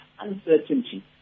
uncertainty